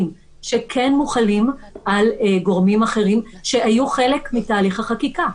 שמוחלים על הגורמים האחרים שהיו חלק מתהליך החקיקה.